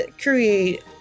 create